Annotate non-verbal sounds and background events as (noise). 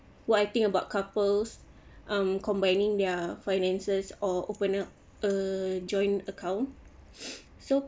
what I think about couples um combining their finances or opener a joint account (breath) so